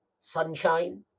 sunshine